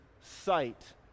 sight